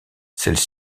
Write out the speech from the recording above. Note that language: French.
celles